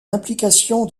implication